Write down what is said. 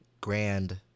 grand